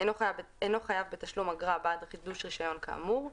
אינו חייב בתשלום אגרה בעד חידוש רישיון כאמור.